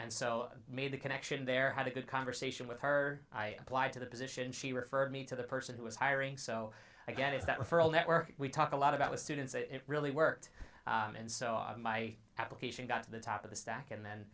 and so made the connection there had a good conversation with her i applied to the position she referred me to the person who was hiring so i get is that referral network we talk a lot about the students and it really worked and so my application got to the top of the stack and then